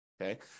okay